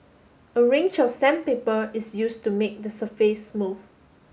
a range of sandpaper is used to make the surface smooth